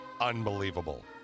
unbelievable